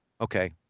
okay